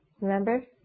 Remember